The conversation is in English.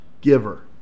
giver